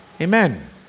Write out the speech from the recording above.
Amen